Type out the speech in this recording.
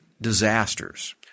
disasters